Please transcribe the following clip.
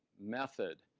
method.